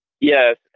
Yes